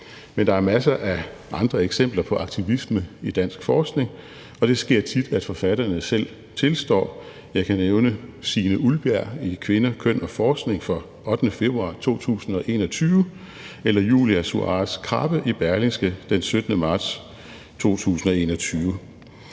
Men der er masser af andre eksempler på aktivisme i dansk forskning, og det sker tit, at forfatterne selv tilstår. Jeg kan nævne Signe Uldbjerg i Kvinder, Køn & Forskning den 8. februar 2021 eller Julia Suárez-Krabbe i Berlingske den 17. marts 2021.